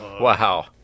Wow